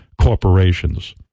corporations